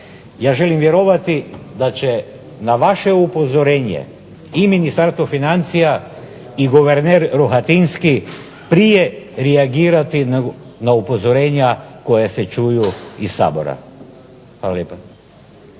Ja želim vjerovati da će na vaše upozorenje i Ministarstvo financije i guverner Rohatinski prije reagirati na upozorenja koja se čuju iz Sabora. Hvala lijepa.